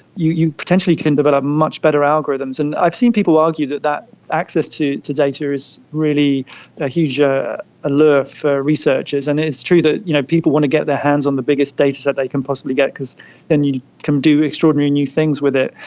you you potentially can develop much better algorithms. and i have seen people argue that that access to to data is really a huge allure for researchers. and it's true that you know people want to get their hands on the biggest dataset they can possibly get because then you can do extraordinary new things with it.